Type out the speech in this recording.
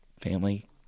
family